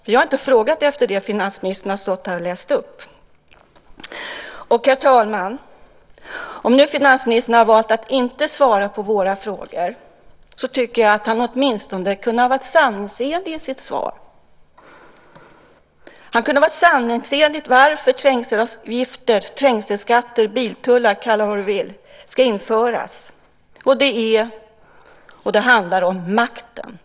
Vi har inte frågat efter det finansministern har sagt. Herr talman! Om nu finansministern har valt att inte svara på våra frågor, tycker jag att han åtminstone kunde vara sanningsenlig i sitt svar. Han kunde sanningsenligt svara varför trängselavgifter, trängselskatter, biltullar - kalla det vad du vill - ska införas. Det handlar om makten.